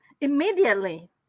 Immediately